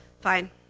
Fine